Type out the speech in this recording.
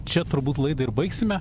čia turbūt laidą ir baigsime